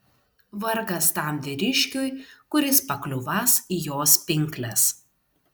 vargas tam vyriškiui kuris pakliūvąs į jos pinkles